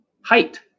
Height